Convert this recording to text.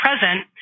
present